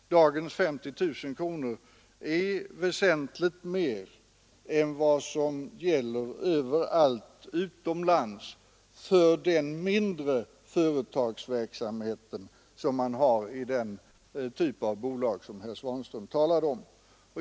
Dagens 50 000 kronor är väsentligt mer än vad som gäller överallt utomlands för den mindre företagsverksamhet som bedrivs i den typ av bolag som herr Svanström här talade om.